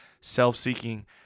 self-seeking